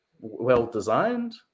well-designed